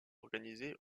organisé